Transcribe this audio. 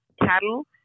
cattle